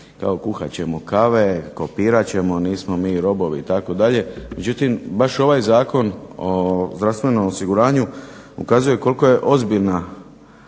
kao kuhat ćemo kave, kopirat ćemo, nismo mi robovi itd. Međutim, baš ovaj Zakon o zdravstvenom osiguranju ukazuje koliko je ozbiljna